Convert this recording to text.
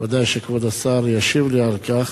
ודאי כבוד השר ישיב לי על כך.